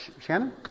Shannon